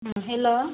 hello